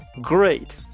great